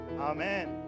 Amen